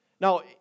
Now